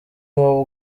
wowe